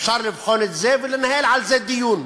אפשר לבחון את זה ולנהל על זה דיון.